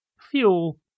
fuel